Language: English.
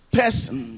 person